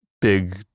big